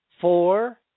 four